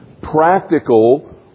practical